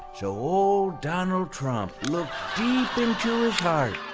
so old donald trump looked deep into his heart,